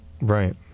Right